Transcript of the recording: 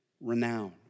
renowned